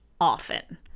often